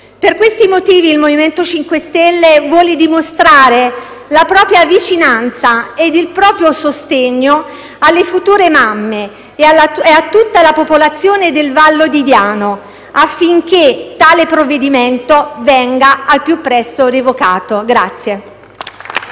Per questi motivi, il MoVimento 5 Stelle vuole dimostrare la propria vicinanza e il proprio sostegno alle future mamme e a tutta la popolazione del Vallo di Diano, affinché tale provvedimento venga al più presto revocato.